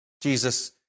Jesus